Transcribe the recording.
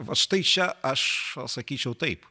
va štai čia aš sakyčiau taip